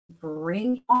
bring